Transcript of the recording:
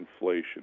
inflation